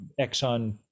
exxon